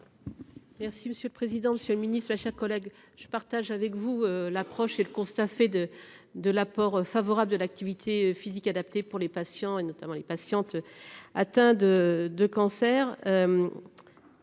Merci monsieur le président, Monsieur le Ministre, chers collègues, je partage avec vous l'approche. C'est le constat fait de de l'apport favorable de l'activité physique adaptée pour les patients et notamment les patientes. Atteint de 2 cancers.